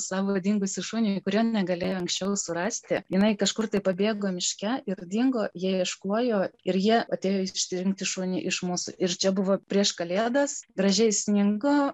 savo dingusį šunį kurio negalėjo anksčiau surasti jinai kažkur tai pabėgo miške ir dingo jie ieškojo ir jie atėjo ištrinkti šunį iš mūsų ir čia buvo prieš kalėdas gražiai sninga